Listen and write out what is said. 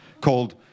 called